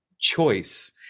choice